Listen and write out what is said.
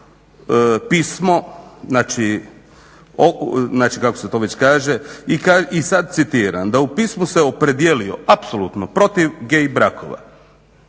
u pismu se opredijelio apsolutno protiv gay brakova